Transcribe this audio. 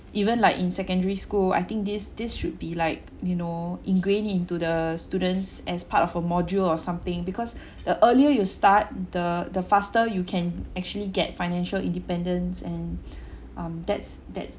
even like in secondary school I think this this should be like you know ingrained into the students as part of a module or something because the earlier you start the the faster you can actually get financial independence and um that's that's